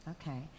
Okay